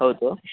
ಹೌದು